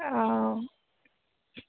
অঁ